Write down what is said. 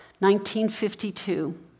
1952